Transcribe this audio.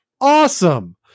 Awesome